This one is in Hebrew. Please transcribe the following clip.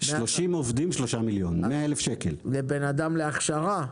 זה 100,000 שקל לבן אדם להכשרה.